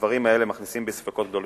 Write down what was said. הדברים האלה מכניסים בי ספקות גדולים.